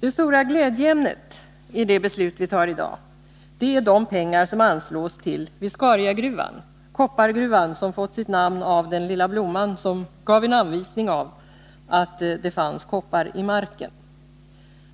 Det stora glädjeämnet när det gäller dagens beslut är de pengar som anslås till Viscariagruvan, koppargruvan som fått sitt namn av den lilla blomma som gav en anvisning om att det fanns koppar i marken.